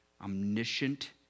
omniscient